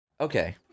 Okay